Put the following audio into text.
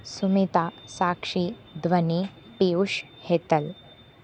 सुमिता साक्षी ध्वनि पीयूषः हेतल